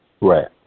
right